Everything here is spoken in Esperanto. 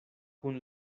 kun